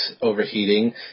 overheating